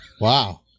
Wow